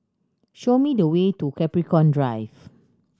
show me the way to Capricorn Drive